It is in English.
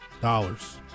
dollars